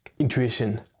intuition